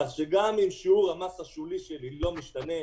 כך שגם אם שיעור המס השולי שלי לא משתנה,